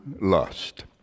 lust